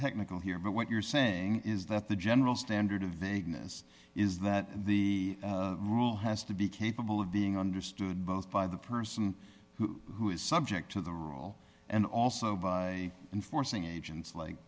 technical here but what you're saying is that the general standard of vagueness is that the rule has to be capable of being understood both by the person who who is subject to the rule and also by enforcing agents like